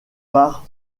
par